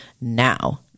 now